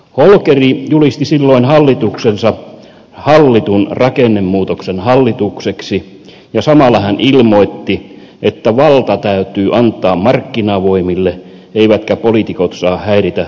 holkeri julisti silloin hallituksensa hallitun rakennemuutoksen hallitukseksi ja samalla hän ilmoitti että valta täytyy antaa markkinavoimille eivätkä poliitikot saa häiritä markkinavoimien työtä